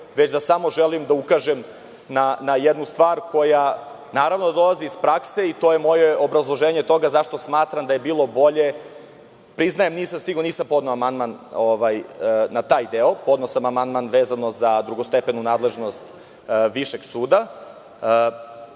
već da samo želim da ukažem na jednu stvar koja naravno da dolazi iz prakse i to je moje obrazloženje toga zašto smatram da je bilo bolje. Priznajem, nisam stigao, nisam podneo amandman na taj deo. Podneo sam amandman vezano za drugostepenu nadležnost višeg suda.